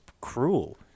cruel